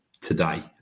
today